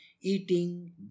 eating